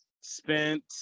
spent